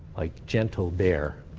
like gentle bear.